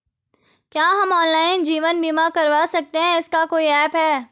क्या हम ऑनलाइन जीवन बीमा करवा सकते हैं इसका कोई ऐप है?